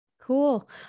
Cool